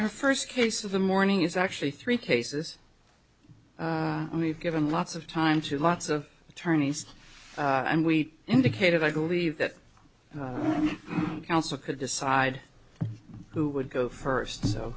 our first case of the morning is actually three cases we've given lots of time to lots of attorneys and we indicated i believe that the council could decide who would go first so